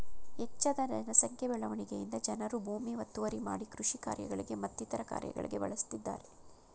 ಹೆಚ್ಜದ ಜನ ಸಂಖ್ಯೆ ಬೆಳವಣಿಗೆಯಿಂದ ಜನರು ಭೂಮಿ ಒತ್ತುವರಿ ಮಾಡಿ ಕೃಷಿ ಕಾರ್ಯಗಳಿಗೆ ಮತ್ತಿತರ ಕಾರ್ಯಗಳಿಗೆ ಬಳಸ್ತಿದ್ದರೆ